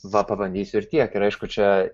va pabandysiu ir tiek ir aišku čia